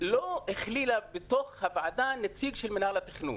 לא הכלילה בתוך הוועדה נציג של מנהל התכנון.